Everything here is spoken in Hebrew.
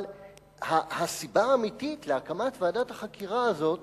אבל הסיבה האמיתית להקמת ועדת החקירה הזאת